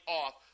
off